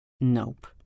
Nope